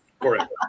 Correct